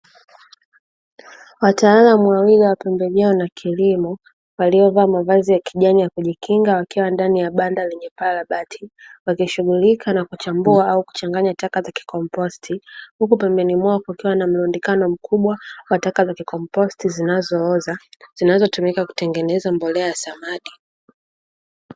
Wataalamu wawili wa pembejeo na kilimo waliovaa mavazi ya kijani ya kujikinga wakiwa ndani ya banda lenye paa la bati, wakishughulika na kuchambua au kuchanganya taka za kikomposti, huku pembeni mwao kukiwa na mlundikano mkubwa wa taka za kikomposti zinazooza, zinazotumika kutengeneza mbolea ya samadi.